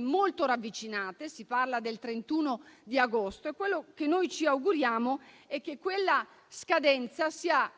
molto ravvicinate; si parla del 31 agosto, e quello che ci auguriamo è che tale scadenza sia